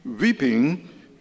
weeping